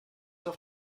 auf